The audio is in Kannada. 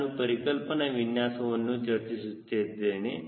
ನಾವು ಪರಿಕಲ್ಪನಾ ವಿನ್ಯಾಸವನ್ನು ಚರ್ಚಿಸುತ್ತಿದ್ದೇವೆ